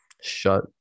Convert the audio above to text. shut